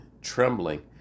trembling